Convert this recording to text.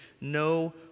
no